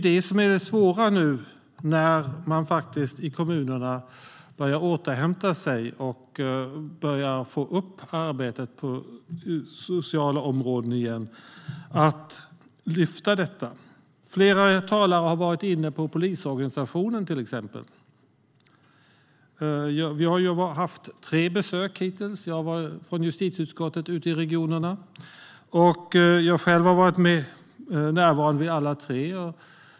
Det som är svårt nu är att lyfta detta, nu när kommunerna börjar återhämta sig och få igång arbetet på sociala områden igen. Flera talare har varit inne på polisorganisationen till exempel. Justitieutskottet har varit på tre besök ute i regionerna hittills. Jag har varit närvarande vid alla tre.